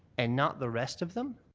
and not the rest of them,